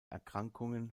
erkrankungen